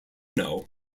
know